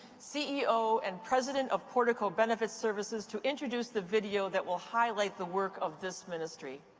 ceo and president of portico benefit services, to introduce the video that will highlight the work of this ministry.